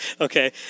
Okay